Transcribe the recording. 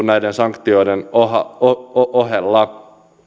näiden sanktioiden ohella ohella